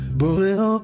boreo